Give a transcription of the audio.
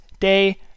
Day